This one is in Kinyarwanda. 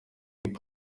hip